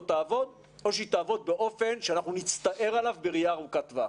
תעבוד או היא תעבוד באופן שאנחנו נצטער עליו בראייה ארוכת טווח.